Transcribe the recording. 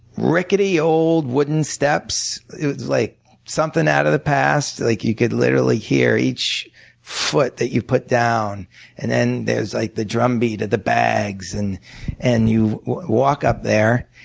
rickety, old, wooden steps. it was like something out of the past, like you could literally hear each foot that you put down and there's like the drumbeat of the bags and and you walk up there.